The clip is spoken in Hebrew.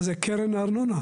מה זה, קרן הארנונה.